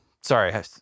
sorry